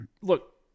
look